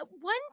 one